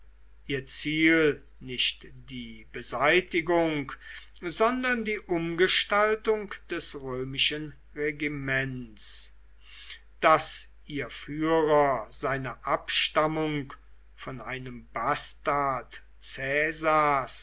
ihr ziel nicht die beseitigung sondern die umgestaltung des römischen regiments daß ihr führer seine abstammung von einem bastard